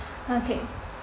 okay